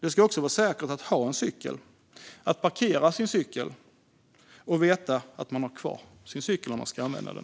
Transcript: Det ska också vara säkert att ha en cykel och att parkera sin cykel, och man ska veta att man har kvar sin cykel när man ska använda den.